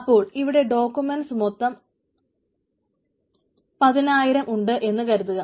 അപ്പോൾ ഇവിടെ ഡോകുമെൻസ് മൊത്തം 10000 ഉണ്ട് എന്ന് കരുതുക